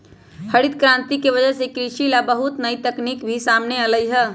हरित करांति के वजह से कृषि ला बहुत नई तकनीक भी सामने अईलय है